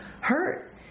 hurt